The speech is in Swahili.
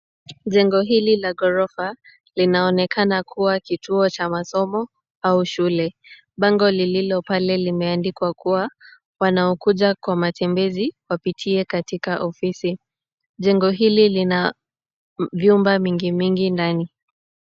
Jengo hili la ghorofa linaonekana kuwa kituo cha masomo au shule. Bango lililo pale limeandikwa kuwa, wanaokuja kwa matembezi wapitie katika ofisi. Jengo hili lina vyumba mingi mingi ndani.